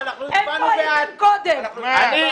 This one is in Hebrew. איפה הייתם קודם?